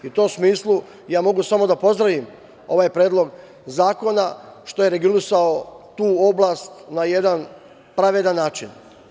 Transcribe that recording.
U tom smislu, mogu samo da pozdravim ovaj Predlog zakona što je regulisao tu oblast na jedan pravedan način.